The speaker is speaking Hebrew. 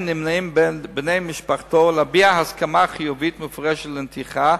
נמנעים בני משפחה להביע הסכמה חיובית מפורשת לנתיחה,